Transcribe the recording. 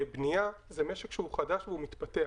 בניה, זהו משק חדש והוא מתפתח.